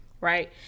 right